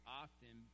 often